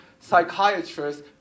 psychiatrists